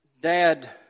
dad